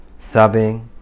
subbing